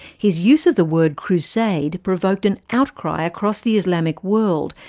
his use of the word crusade provoked an outcry across the islamic world,